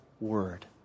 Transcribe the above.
word